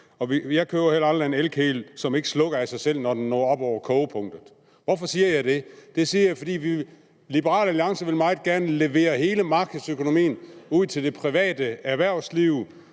Jeg køber heller aldrig en elkedel, som ikke slukker af sig selv, når den når op over kogepunktet. Hvorfor siger jeg det? Det siger jeg, fordi Liberal Alliance meget gerne vil levere hele markedsøkonomien ud til det private erhvervsliv,